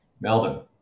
Melbourne